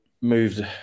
moved